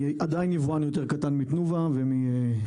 אני עדיין יבואן יותר קטן מתנובה ומשטראוס,